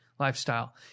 lifestyle